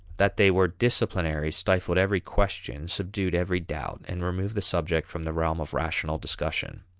that they were disciplinary stifled every question, subdued every doubt, and removed the subject from the realm of rational discussion.